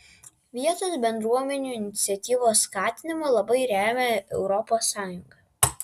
vietos bendruomenių iniciatyvos skatinimą labai remia europos sąjunga